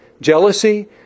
jealousy